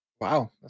Wow